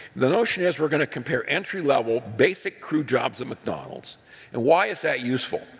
the notion is we're going to compare entry-level basic crew jobs at mcdonald's and why is that useful?